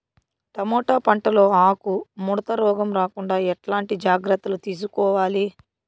Tomato పంట లో ఆకు ముడత రోగం రాకుండా ఎట్లాంటి జాగ్రత్తలు తీసుకోవాలి?